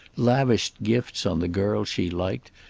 lavished gifts on the girls she liked,